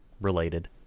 related